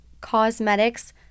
Cosmetics